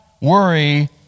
worry